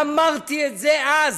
אמרתי את זה אז.